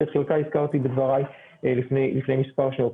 שאת חלקה הזכרתי בדבריי לפני מספר שניות.